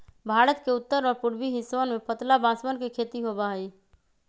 भारत के उत्तर और पूर्वी हिस्सवन में पतला बांसवन के खेती होबा हई